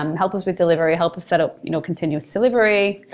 um help us with delivery, help us setup you know continuous delivery.